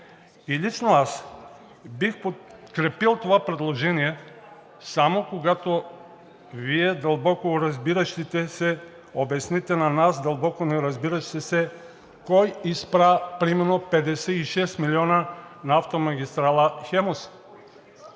Лично аз бих подкрепил това предложение само когато Вие, дълбоко разбиращите, обясните на нас, дълбоко неразбиращите, кой изпра примерно 56 милиона на автомагистрала